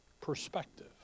perspective